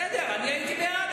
לפני שנה, בסדר, אני הייתי בעד.